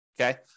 okay